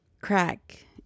crack